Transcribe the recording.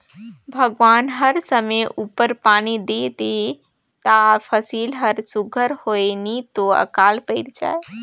भगवान हर समे उपर पानी दे देहे ता फसिल हर सुग्घर होए नी तो अकाल पइर जाए